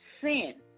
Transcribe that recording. sin